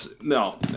No